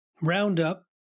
Roundup